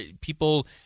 People